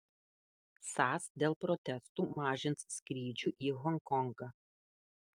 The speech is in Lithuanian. sas dėl protestų mažins skrydžių į honkongą